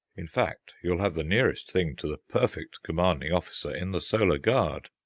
in fact, you'll have the nearest thing to the perfect commanding officer in the solar guard!